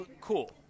cool